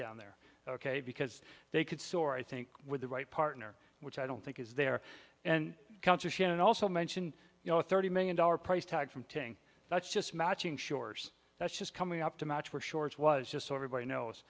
down there ok because they could soar i think with the right partner which i don't think is there and conservation and also mention you know thirty million dollar price tag from tng that's just matching shores that's just coming up to match wear shorts was just so everybody knows